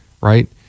right